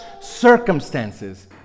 circumstances